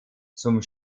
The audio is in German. zum